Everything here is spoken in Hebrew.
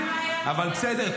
אבל בסדר,